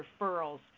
referrals